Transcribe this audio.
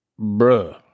bruh